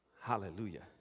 Hallelujah